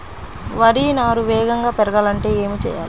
వరి నారు వేగంగా పెరగాలంటే ఏమి చెయ్యాలి?